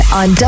on